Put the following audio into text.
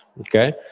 Okay